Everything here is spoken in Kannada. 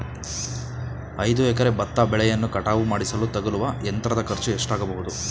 ಐದು ಎಕರೆ ಭತ್ತ ಬೆಳೆಯನ್ನು ಕಟಾವು ಮಾಡಿಸಲು ತಗಲುವ ಯಂತ್ರದ ಖರ್ಚು ಎಷ್ಟಾಗಬಹುದು?